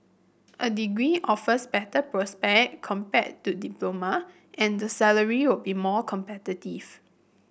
a degree offers better prospect compared to diploma and the salary will be more competitive